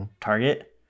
target